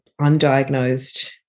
undiagnosed